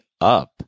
up